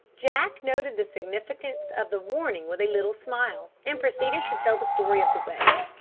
jack noted the significance of the warning with a little smile, and proceeded to tell the story of the wedding.